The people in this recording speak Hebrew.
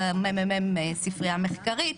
במ.מ.מ ספרייה מחקרית.